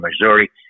Missouri